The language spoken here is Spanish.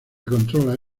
controla